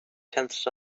tenths